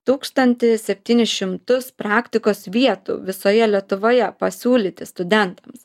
tūkstantį septynis šimtus praktikos vietų visoje lietuvoje pasiūlyti studentams